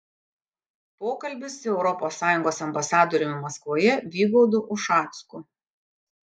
pokalbis su europos sąjungos ambasadoriumi maskvoje vygaudu ušacku